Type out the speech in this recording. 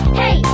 hey